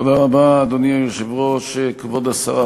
יושב-ראש הישיבה,